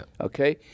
Okay